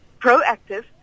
proactive